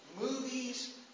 movies